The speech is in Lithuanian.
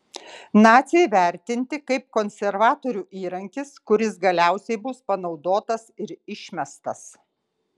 naciai vertinti kaip konservatorių įrankis kuris galiausiai bus panaudotas ir išmestas